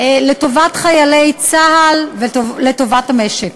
לטובת חיילי צה"ל ולטובת המשק.